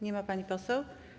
Nie ma pani poseł.